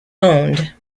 owned